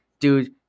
Dude